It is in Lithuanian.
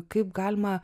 kaip galima